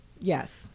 Yes